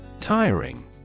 Tiring